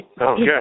Okay